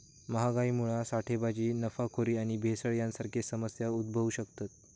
महागाईमुळा साठेबाजी, नफाखोरी आणि भेसळ यांसारखे समस्या उद्भवु शकतत